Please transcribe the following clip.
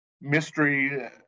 mystery